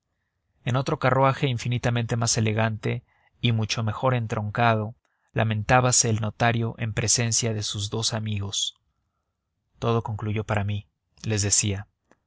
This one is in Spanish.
en otro carruaje infinitamente más elegante y mucho mejor entroncado lamentábase el notario en presencia de sus dos amigos todo concluyó para mí les decía